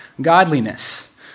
godliness